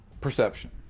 Perception